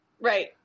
Right